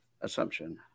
assumption